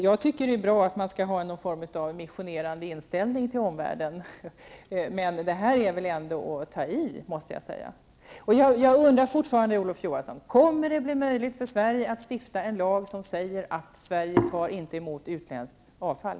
Det är bra att man har en missionerande inställning till omvärlden, men det här är ändå att ta i. Jag undrar fortfarande, Olof Johansson: Kommer det att bli möjligt för Sverige att stifta en lag som säger att Sverige inte tar emot utländskt avfall?